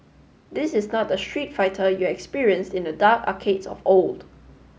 this is not the Street Fighter you experienced in the dark arcades of old